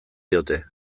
diote